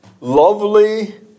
lovely